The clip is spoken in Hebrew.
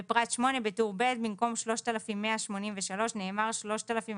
בפרט (8), בטור ב', במקום "3,183" נאמר "3,480".